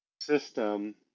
system